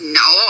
no